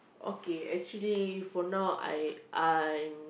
okay actually for now I I'm